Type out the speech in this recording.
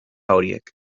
horiek